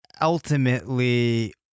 ultimately